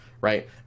right